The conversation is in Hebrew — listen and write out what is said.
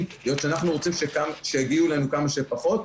היות שאנחנו רוצים שיגיעו אלינו כמה שפחות,